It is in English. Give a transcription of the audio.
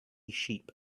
sheep